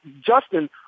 Justin